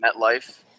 MetLife